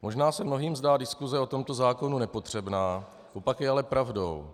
Možná se mnohým zdá diskuse o tomto zákonu nepotřebná, opak je ale pravdou.